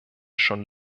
schon